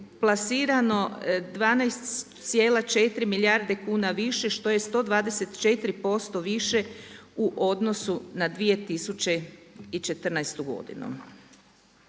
plasirano 12,4 milijarde kuna više što je 124% više u odnosu na 2014. godinu.